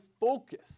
focus